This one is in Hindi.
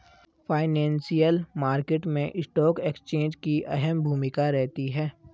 फाइनेंशियल मार्केट मैं स्टॉक एक्सचेंज की अहम भूमिका रहती है